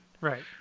Right